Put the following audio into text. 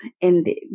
ended